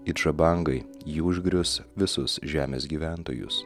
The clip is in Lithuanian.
it žabangai ji užgrius visus žemės gyventojus